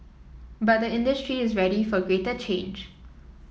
but the industry is ready for greater change